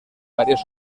varias